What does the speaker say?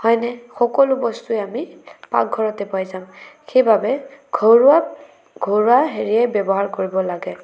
হয়নে সকলো বস্তুৱে আমি পাকঘৰতে পাই যাম সেই বাবে ঘৰুৱা ঘৰুৱা হেৰিয়ে ব্যৱহাৰ কৰিব লাগে